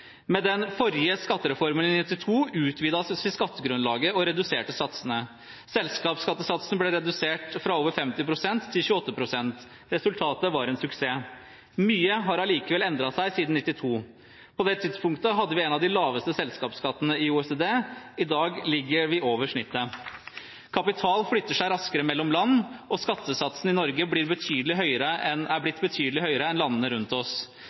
Med den forrige skattereformen i 1992 utvidet vi skattegrunnlaget og reduserte satsene. Selskapsskattesatsene ble redusert fra over 50 pst. til 28 pst. Resultatet var en suksess. Mye har allikevel endret seg siden 1992. På det tidspunktet hadde vi en av de laveste selskapsskattene i OECD, i dag ligger vi over snittet. Kapital flytter seg raskere mellom land, og skattesatsene i Norge er blitt betydelig høyere enn i landene rundt oss.